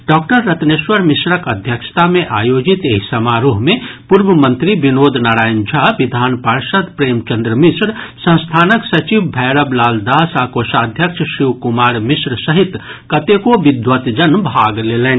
doctor Ratneshwar मिश्रक अध्यक्षता मे आयोजित एहि समारोह मे पूर्व मंत्री विनोद नारायण झा विधान पार्षद प्रेम चन्द्र मिश्र संस्थानक सचिव भैरव लाल दास आ कोषाध्यक्ष शिव कुमार मिश्र सहित कतेको विद्वतजन भाग लेलनि